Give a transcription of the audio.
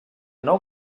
nou